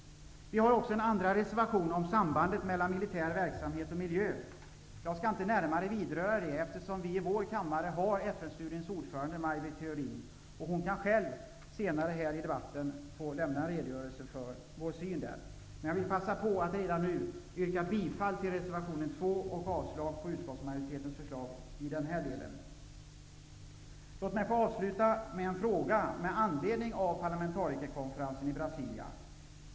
Vi har också en andra reservation om sambandet mellan militär verksamhet och miljö. Jag skall inte närmare vidröra det ämnet, eftersom vi i vår kammare har FN-studiens ordförande Maj Britt Theorin. Hon kan själv senare i debatten lämna en redogörelse för vår syn i den frågan. Jag vill emellertid passa på att redan nu yrka bifall till reservation 2 och avslag på utskottsmajoritetens förslag i den delen. Låt mig så avsluta med en fråga med anledning av parlamentarikerkonferensen i Brasilia.